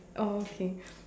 oh okay